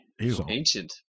Ancient